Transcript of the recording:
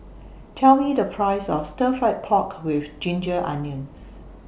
Tell Me The Price of Stir Fried Pork with Ginger Onions